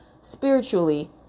spiritually